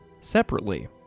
separately